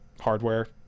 hardware